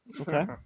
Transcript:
Okay